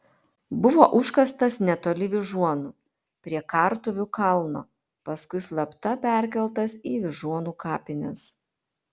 buvo užkastas netoli vyžuonų prie kartuvių kalno paskui slapta perkeltas į vyžuonų kapines